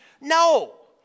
No